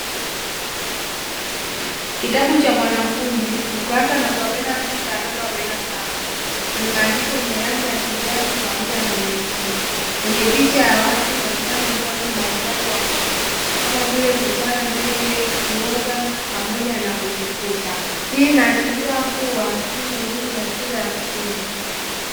Kitabu cha mwanafunzi, ukurasa namba arobaini na sita na arobaini na saba; chenye maandishi yenye rangi ya kijani pamoja na meusi, yenye picha ya watu wakifanya usafi mbalimbali wa mwili, kama vile: kuchana nywele, kuoga pamoja na kujifuta. Hii inaashiria kuwa hii ni elimu ya shule ya msingi.